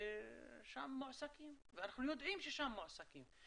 ושם הם מועסקים ואנחנו יודעים ששם הם מועסקים.